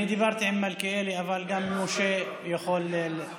אני דיברתי עם מלכיאלי, אבל גם משה יכול, אוקיי.